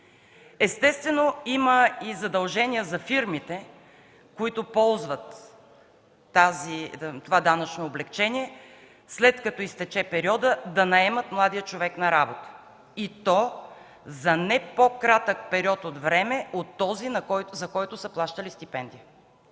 Естествено има и задължения за фирмите, които ползват това данъчно облекчение, след като изтече периода, да наемат младия човек на работа, и то за не по-кратък период от време от този, за който са плащали стипендия.